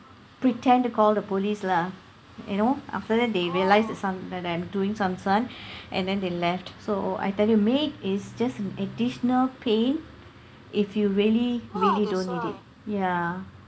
pretend to call the police lah you know after that they realise that some that I am doing some this [one] and then they left so I tell you maid is just an additional pain if you really really don't need it ya